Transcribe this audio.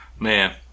Man